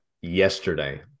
yesterday